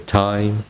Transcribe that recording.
time